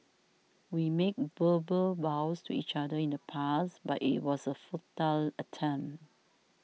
we made verbal vows to each other in the past but it was a futile attempt